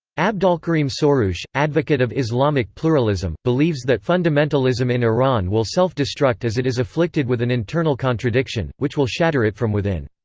abdolkarim soroush, advocate of islamic pluralism, believes that fundamentalism in iran will self-destruct as it is afflicted with an internal contradiction, which will shatter it from within.